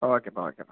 ஆ ஓகேப்பா ஓகேப்பா